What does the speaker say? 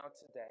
today